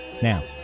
Now